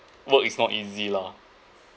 work is not easy lah